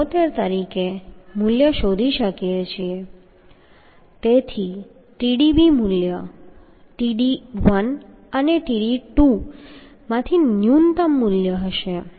74 તરીકે મૂલ્ય શોધી શકીએ છીએ તેથી Tdb મૂલ્ય Tdb1 અને Tdb2 માંથી ન્યૂનતમ મૂલ્ય હશે